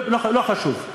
לא חשוב,